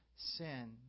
sin